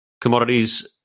commodities